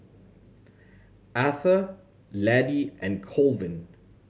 Atha Laddie and Colvin